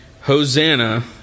Hosanna